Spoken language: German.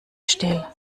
still